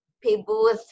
people